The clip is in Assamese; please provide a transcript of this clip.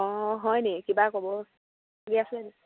অঁ হয় নেকি কিবা ক'ব আছে নেকি